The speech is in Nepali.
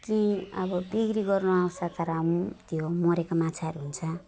कि अब बिक्री गर्नु आउँछ कारण त्यो मरेको माछाहरू हुन्छ